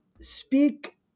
speak